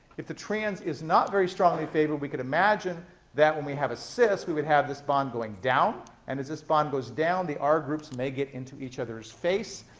if the trans is not very strongly favored, we can imagine that, when we have a cis, we would have this bond going down. and as this bond goes down, the r groups may get into each other's face,